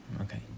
Okay